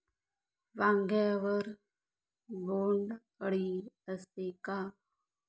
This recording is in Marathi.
वांग्यावर बोंडअळी असते का?